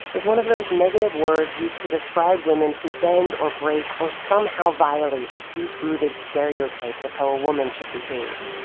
is one of those negative words used to describe women who bend or break or somehow violate the deep-rooted stereotypes of how a woman should behave.